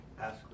ask